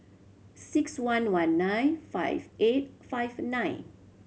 six one one nine five eight five nine